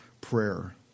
prayer